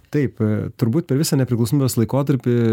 taip turbūt per visą nepriklausomybės laikotarpį